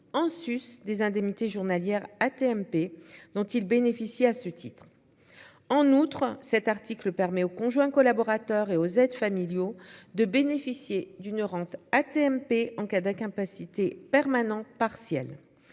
en sus des indemnités journalières AT-MP dont il bénéficie à ce titre en outre cet article permet aux conjoints collaborateurs et aux aides familiaux de bénéficier d'une rente AT-MP en Cada capacité permanent partiel